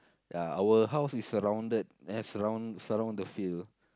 ya our house is surrounded has surround surround the field